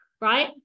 right